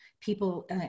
people